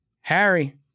Harry